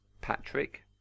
Patrick